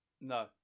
No